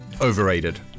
Overrated